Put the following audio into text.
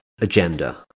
agenda